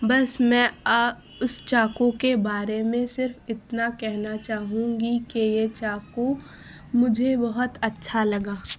بس میں اس چاقو کے بارے میں صرف اتنا کہنا چاہوں گی کہ یہ چاقو مجھے بہت اچھا لگا